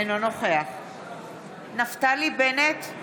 אינו נוכח נפתלי בנט,